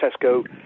Tesco